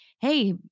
hey